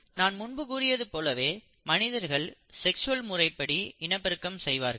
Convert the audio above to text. நான் முன்பு கூறியது போலவே மனிதர்கள் செக்ஸ்வல் முறைப்படி இனப்பெருக்கம் செய்வார்கள்